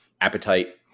appetite